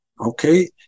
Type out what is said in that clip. okay